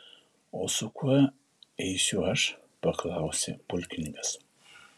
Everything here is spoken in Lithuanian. o su kuo eisiu aš paklausė pulkininkas